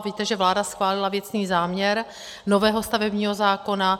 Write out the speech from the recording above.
Víte, že vláda schválila věcný záměr nového stavebního zákona.